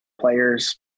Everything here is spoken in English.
players